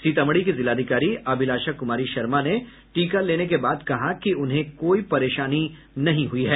सीतामढ़ी की जिलाधिकारी अभिलाषा कुमारी शर्मा ने टीका लेने के बाद कहा कि उन्हें कोई परेशानी नहीं हुई है